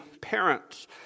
parents